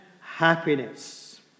happiness